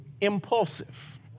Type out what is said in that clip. impulsive